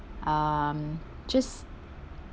um just